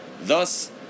thus